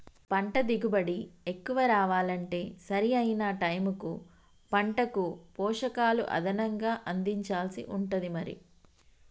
పంట దిగుబడి ఎక్కువ రావాలంటే సరి అయిన టైముకు పంటకు పోషకాలు అదనంగా అందించాల్సి ఉంటది మరి